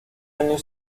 año